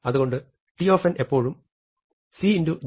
അതുകൊണ്ട് t എപ്പോഴും c